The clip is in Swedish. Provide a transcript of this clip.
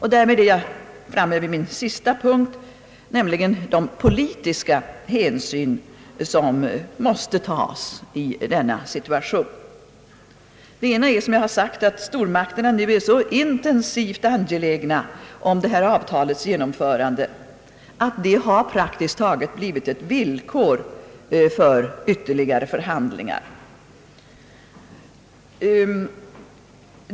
Härmed är jag framme vid min sista punkt, nämligen de politiska hänsyn som måste tas i denna situation. Ett av dem är, som jag redan sagt, att stormakterna nu är så intensivt angelägna om avtalets genomförande, att det praktiskt taget blivit ett villkor för ytterligare förhandlingar.